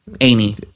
Amy